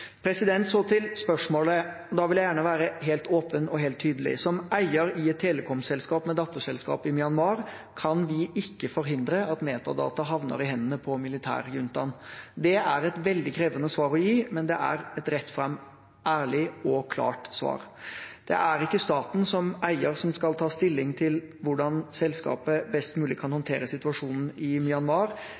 Så til spørsmålet, og da vil jeg gjerne være helt åpen og tydelig: Som eier i et telekomselskap med datterselskap i Myanmar kan vi ikke forhindre at metadata havner i hendene på militærjuntaen. Det er et veldig krevende svar å gi, men det er et rett fram, ærlig og klart svar. Det er ikke staten som eier som skal ta stilling til hvordan selskapet best mulig kan håndtere situasjonen i Myanmar.